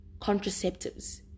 contraceptives